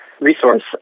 resource